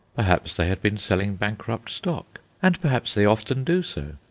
perhaps they had been selling bankrupt stock, and perhaps they often do so.